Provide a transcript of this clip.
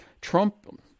Trump